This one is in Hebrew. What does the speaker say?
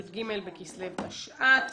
י"ג בכסלו התשע"ט.